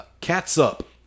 catsup